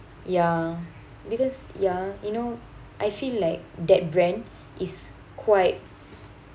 ya because ya you know I feel like that brand is quite